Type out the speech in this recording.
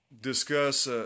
discuss